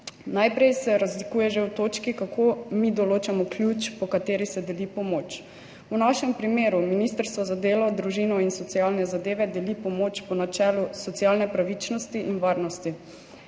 Najprej se razlikuje že v točki, kako mi določamo ključ, po katerem se deli pomoč. V našem primeru Ministrstvo za delo, družino in socialne zadeve deli pomoč po načelu socialne pravičnosti in varnosti.